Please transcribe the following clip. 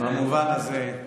במובן הזה,